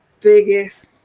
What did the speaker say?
biggest